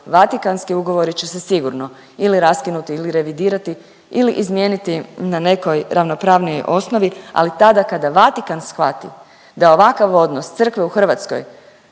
Vatikanski ugovori će se sigurno ili raskinuti ili revidirati ili izmijeniti na nekoj ravnopravnijoj osnovi ali tada kada Vatikan shvati da ovakav odnos crkve u Hrvatskoj